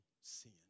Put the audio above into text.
sin